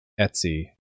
Etsy